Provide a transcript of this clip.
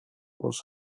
was